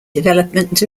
development